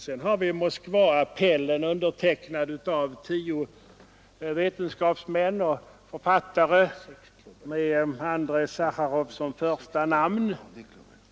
Sedan har vi Moskva-appellen, undertecknad av tio vetenskapsmän och författare med Andrej Sacharov som första namn.